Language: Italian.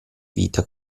vita